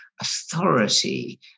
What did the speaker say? authority